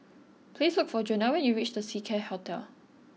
please look for Jonell when you reach The Seacare Hotel